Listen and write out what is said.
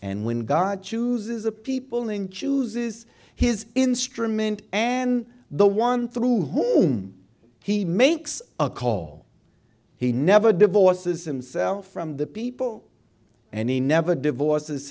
and when god chooses a people in chooses his instrument and the one through whom he makes a call he never divorces him self from the people and he never divorces